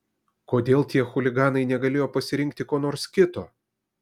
kodėl tie chuliganai negalėjo pasirinkti ko nors kito